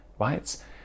right